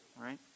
right